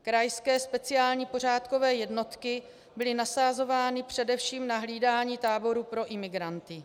Krajské speciální pořádkové jednotky byly nasazovány především na hlídání táborů pro imigranty.